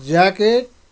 jacket